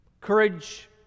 Courage